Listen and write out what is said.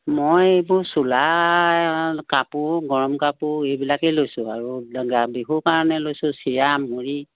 মই এইবোৰ চোলা কাপোৰ গৰম কাপোৰ এইবিলাকেই লৈছোঁ আৰু বিহুৰ কাৰণে লৈছোঁ চিৰা মুড়ি